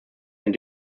eine